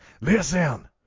Listen